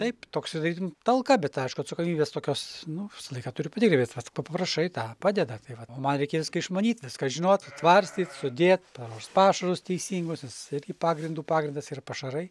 taip toks talka bet aišku atsakomybės tokios nu visą laiką turi patikrint vat paprašai tą padeda tai vat o man reikia viską išmanyt viską žinot sutvarstyt sudėt paruošt pašarus teisingus nes irgi pagrindu pagrindas yra pašarai